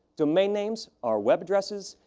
domain names are web addresses,